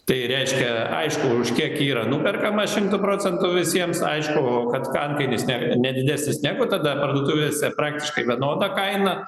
tai reiškia aišku už kiek yra nuperkama šimtu procentų visiems aišku kad antkainis ne ne didesnis negu tada parduotuvėse praktiškai vienoda kaina